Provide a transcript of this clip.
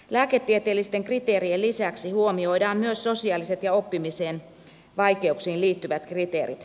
lääketieteellisten kriteerien lisäksi huomioidaan myös sosiaaliset ja oppimisen vaikeuksiin liittyvät kriteerit